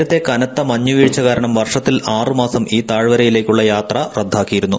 നേരത്തെ കനത്ത മഞ്ഞ് വീഴ്ച കാരണം വർഷത്തിൽ ആറ് മാസം ഈ താഴ്വരയിലേക്കുള്ള യാത്ര റദ്ദാക്കിയിരുന്നു